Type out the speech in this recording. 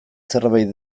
zerbait